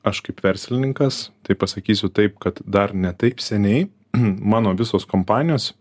aš kaip verslininkas tai pasakysiu taip kad dar ne taip seniai mano visos kompanijos